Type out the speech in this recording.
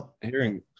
hearing